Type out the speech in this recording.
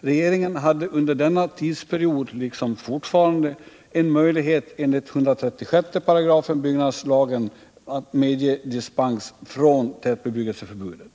Regeringen hade under denna tidsperiod — liksom fortfarande — en möjlighet att enligt 136 § BL medge dispens från tätbebyggelseförbudet.